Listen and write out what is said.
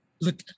look